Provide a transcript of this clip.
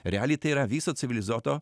realiai tai yra viso civilizuoto